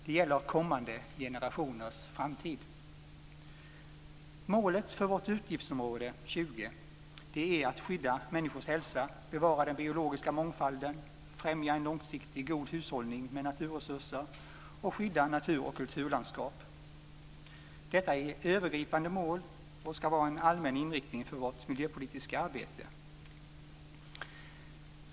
Det gäller kommande generationers framtid. Målet för utgiftsområde 20 är att skydda människors hälsa, bevara den biologiska mångfalden, främja en långsiktig god hushållning med naturresurser och att skydda natur och kulturlandskap. Detta är övergripande mål och ska vara en allmän inriktning för vårt miljöpolitiska arbete.